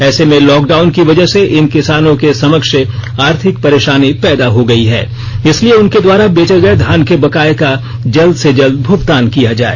ऐसे में lockdown की वजह से इन किसानों के समक्ष आर्थिक परेशानी पैदा हो गई है इसलिए इनके द्वारा बेचे गए धान के बकाये का जल्द से जल्द भुगतान किया जाए